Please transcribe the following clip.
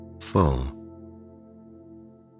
full